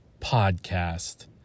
podcast